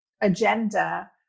agenda